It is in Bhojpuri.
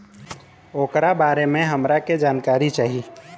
ओकरा बारे मे हमरा के जानकारी चाही?